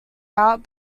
out